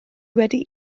wedi